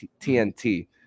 TNT